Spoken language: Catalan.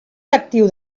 lectiu